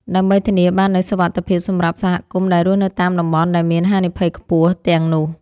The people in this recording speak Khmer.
ដើម្បីធានាបាននូវសុវត្ថិភាពសម្រាប់សហគមន៍ដែលរស់នៅតាមតំបន់ដែលមានហានិភ័យខ្ពស់ទាំងនោះ។